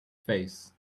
face